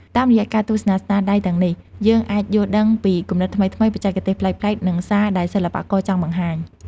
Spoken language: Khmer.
តាមរយៈការទស្សនាស្នាដៃទាំងនេះ យើងអាចយល់ដឹងពីគំនិតថ្មីៗ បច្ចេកទេសប្លែកៗ និងសារដែលសិល្បករចង់បង្ហាញ។